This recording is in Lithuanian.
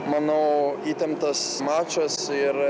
manau įtemptas mačas ir